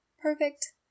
perfect